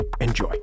Enjoy